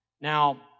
Now